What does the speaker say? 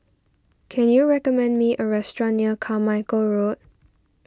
can you recommend me a restaurant near Carmichael Road